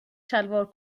شلوار